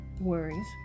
worries